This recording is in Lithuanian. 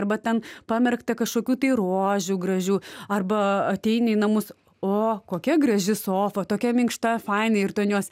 arba ten pamerkta kažkokių tai rožių gražių arba ateini į namus o kokia graži sofa tokia minkšta faina ir tu an jos